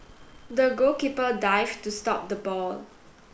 the goalkeeper dived to stop the ball